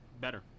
Better